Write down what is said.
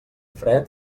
fred